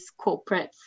corporates